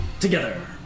together